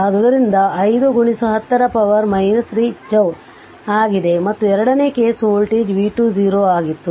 ಆದ್ದರಿಂದ ಅದು 5 10 ರ ಪವರ್ 3 ಜೌಲ್ ಆಗಿದೆ ಮತ್ತು ಎರಡನೇ ಕೇಸ್ ವೋಲ್ಟೇಜ್ v2 0 ಆಗಿತ್ತು